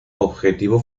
objetivo